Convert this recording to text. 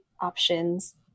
options